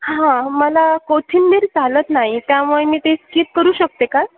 हां मला कोथिंबीर चालत नाही त्यामुळे मी ते स्कीप करू शकते का